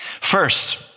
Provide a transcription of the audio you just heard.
First